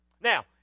Now